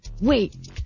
Wait